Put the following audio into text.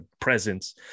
presence